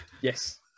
yes